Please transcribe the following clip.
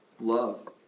love